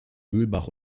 mühlbach